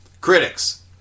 critics